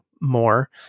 more